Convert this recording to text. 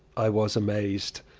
i was amazed.